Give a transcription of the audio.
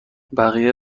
بقیه